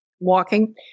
Walking